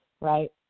right